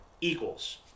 equals